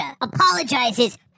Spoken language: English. apologizes